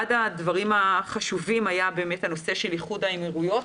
אחד הדברים החשובים היה הנושא של איחוד האמירויות,